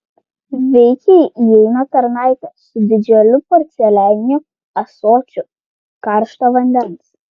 veikiai įeina tarnaitė su didžiuliu porcelianiniu ąsočiu karšto vandens